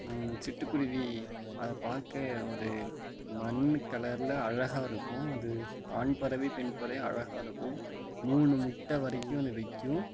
சிட்டுக்குருவி அதை பார்க்க ஒரு மண்ணுக்கலரில் அழகாக இருக்கும் அது ஆண்பறவை பெண்பறவை அழகாக இருக்கும் மூணு முட்டை வரைக்கும் அது வைக்கும்